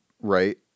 right